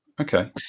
Okay